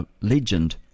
legend